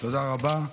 תודה רבה.